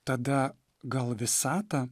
tada gal visatą